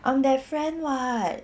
I'm that friend [what]